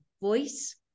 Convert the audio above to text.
voice